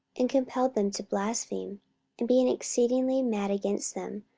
and compelled them to blaspheme and being exceedingly mad against them,